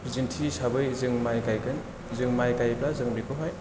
जों थि हिसाबै जों माइ गायगोन जों माइ गायोब्ला जों बेखौहाय